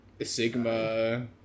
sigma